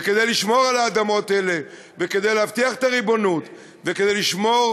וכדי לשמור על האדמות האלה וכדי להבטיח את הריבונות וכדי לשמור